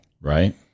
right